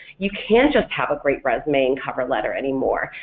you can't just have a great resume and cover letter anymore,